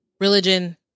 religion